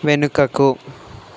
వెనుకకు